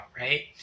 right